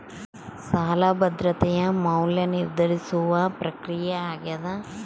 ಸಾಲ ಭದ್ರತೆಯ ಮೌಲ್ಯ ನಿರ್ಧರಿಸುವ ಪ್ರಕ್ರಿಯೆ ಆಗ್ಯಾದ